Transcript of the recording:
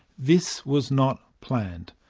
this was not planned.